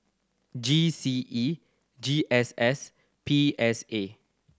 G C E G S S P S A